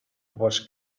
was